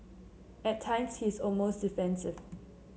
at times he is almost defensive